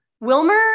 Wilmer